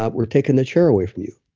ah we're taking the chair away from you.